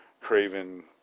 Craven